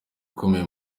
ukomeye